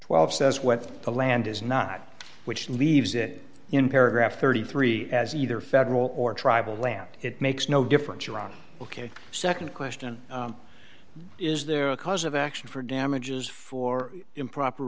twelve says what the land is not which leaves it in paragraph thirty three as either federal or tribal land it makes no difference your honor ok nd question is there a cause of action for damages for improper